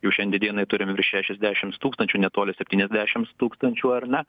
jų šiandien dienai turim virš šešiasdešims tūkstančių netoli septyniasdešims tūkstančių ar ne